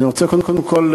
אני רוצה קודם כול,